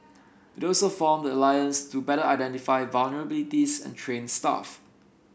it also formed the alliance to better identify vulnerabilities and train staff